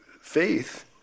faith